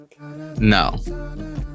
no